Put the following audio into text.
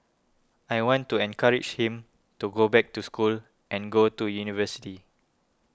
I want to encourage him to go back to school and go to university